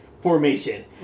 formation